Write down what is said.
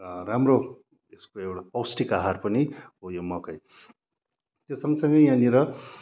राम्रो त्यसको एउटा पौष्टिक आहार पनि हो यो मकै यो सँगसँगै यहाँनिर